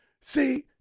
see